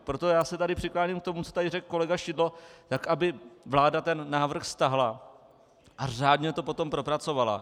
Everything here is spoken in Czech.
Proto se tady přikláním k tomu, co tady řekl kolega Šidlo, aby vláda ten návrh stáhla a řádně to potom propracovala.